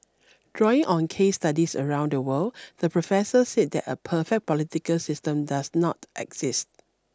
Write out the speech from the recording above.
drawing on case studies around the world the professor said that a perfect political system does not exist